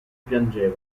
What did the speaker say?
piangeva